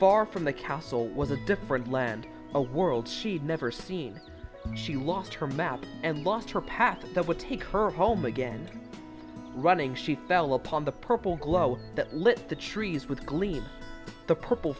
far from the castle was a different land a world she'd never seen she lost her map and lost her path that would take her home again running she fell upon the purple glow that lit the trees with glee the purple